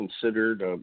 considered